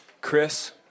Chris